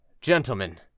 Gentlemen